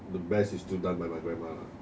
the best is still done by my grandma lah